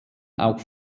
auch